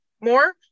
more